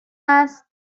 است